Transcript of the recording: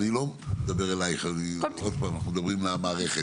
אני לא מדבר עליך, אנחנו מדברים על המערכת.